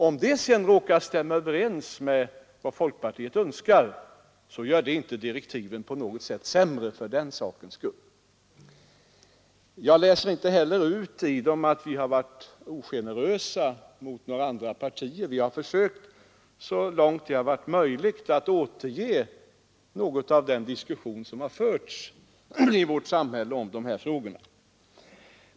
Om de sedan råkar stämma överens med vad folkpartiet önskar, så blir direktiven inte på något sätt sämre för den sakens skull. Jag läser inte heller ut av direktiven att vi varit ogenerösa mot några andra partier. Vi har försökt, så långt det varit möjligt, att återge något av den diskussion som har förts i vårt samhälle om de här frågorna.